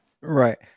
Right